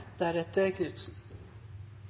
deretter